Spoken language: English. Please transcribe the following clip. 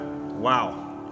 wow